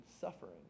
suffering